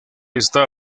esta